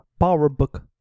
PowerBook